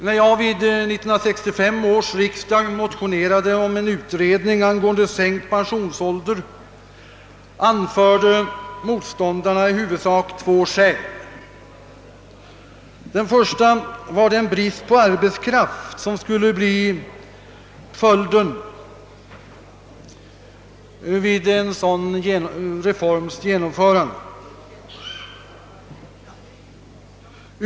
När jag vid 1965 års riksdag motionerade om en utredning angående sänkt pensionsålder, anförde motståndarna i huvudsak två skäl mot mitt förslag. Det första var den brist på arbetskraft som skulle bli följden av en sådan reform.